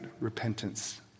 repentance